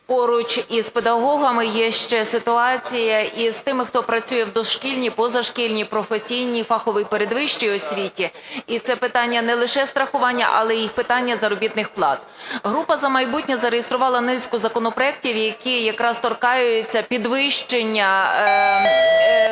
поруч із педагогами є ще ситуація із тими, хто працює в дошкільній, позашкільній, професійній, фаховій передвищій освіті. І це питання не лише страхування, але і питання заробітних плат. Група "За майбутнє" зареєструвала низку законопроектів, які торкаються підвищення